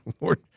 Lord